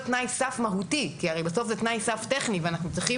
תנאי סף מהותי כי הרי בסוף זה תנאי סף טכני ואנחנו צריכים